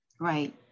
Right